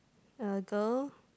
a girl